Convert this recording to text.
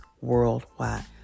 worldwide